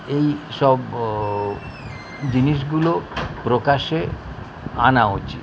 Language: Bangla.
এই সব জিনিসগুলো প্রকাশ্যে আনা উচিত